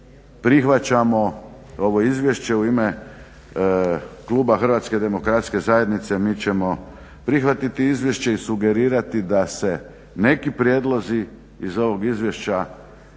prihvaćamo ovo izvješće u ime kluba HDZ-a mi ćemo prihvatiti izvješće i sugerirati da se neki prijedlozi iz ovog izvješća